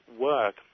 work